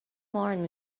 moran